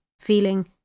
feeling